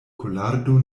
kolardo